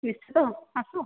ନିଶ୍ଚିତ ଆସ